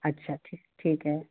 अच्छा ठीक ठीक है